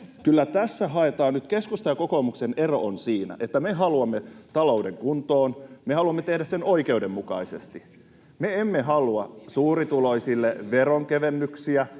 Kyllä tässä haetaan nyt... Keskustan ja kokoomuksen ero on siinä, että me haluamme talouden kuntoon, me haluamme tehdä sen oikeudenmukaisesti. Me emme halua suurituloisille veronkevennyksiä.